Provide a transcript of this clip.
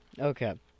Okay